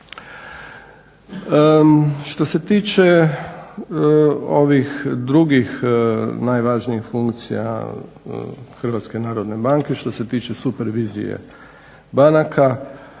Što se tiče ovih drugih najvažnijih funkcija HNB-a što se tiče supervizije banaka